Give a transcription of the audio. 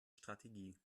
strategie